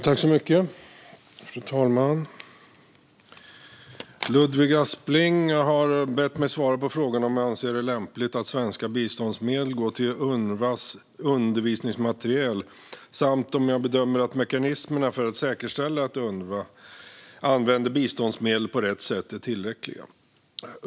Fru talman! Ludvig Aspling har bett mig att svara på frågan om jag anser det lämpligt att svenska biståndsmedel går till Unrwas undervisningsmaterial samt om jag bedömer att mekanismerna för att säkerställa att Unrwa använder biståndsmedel på rätt sätt är tillräckliga.